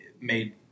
made